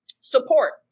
support